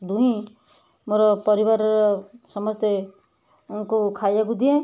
ଦୁହିଁ ମୋର ପରିବାରର ସମସ୍ତେ ଙ୍କୁ ଖାଇବାକୁ ଦିଏ